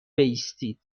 بایستید